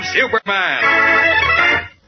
Superman